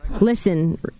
Listen